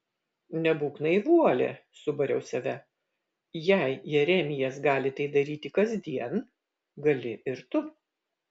nebūk naivuolė subariau save jei jeremijas gali tai daryti kasdien gali ir tu